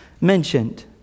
mentioned